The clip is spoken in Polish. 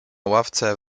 ławce